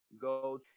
go